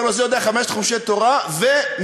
אומר לו: זה יודע חמשת חומשי תורה ומשניות.